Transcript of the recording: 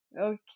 Okay